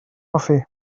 hoffi